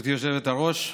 גברתי היושבת-ראש,